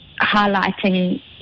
highlighting